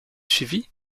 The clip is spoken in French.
suivie